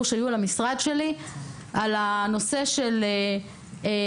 שהיו אל המשרד שלי על הנושא של הגאנטים,